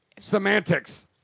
semantics